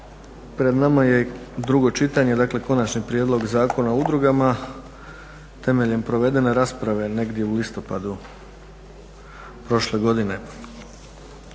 pred nama je drugo čitanje, dakle Konačni prijedlog Zakona o udrugama, temeljem provedene rasprave negdje u listopadu prošle godine.